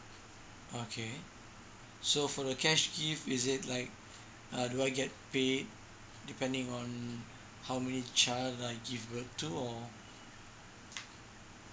okay so for the cash gift is it like uh do I get paid depending on how many child that I give birth to or